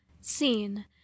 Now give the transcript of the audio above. Scene